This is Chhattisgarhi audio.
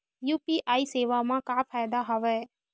यू.पी.आई सेवा मा का फ़ायदा हवे?